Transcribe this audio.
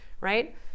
right